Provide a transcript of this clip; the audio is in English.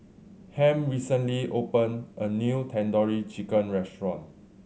Ham recently opened a new Tandoori Chicken Restaurant